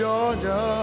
Georgia